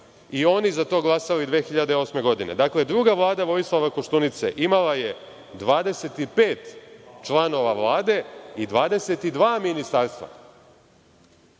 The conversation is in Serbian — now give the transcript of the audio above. i oni za to glasali 2008. godine. Dakle, druga Vlada Vojislava Koštunice imala je 25 članova Vlade i 22 ministarstva. Sad